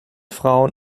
frauen